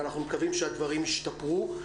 ואנחנו מקווים שהדברים ישתפרו.